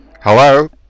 Hello